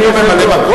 אין ממלא-מקום?